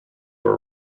were